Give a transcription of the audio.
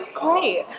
Great